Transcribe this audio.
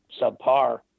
subpar